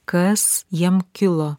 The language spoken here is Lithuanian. kas jiem kilo